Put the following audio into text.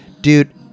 Dude